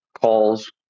calls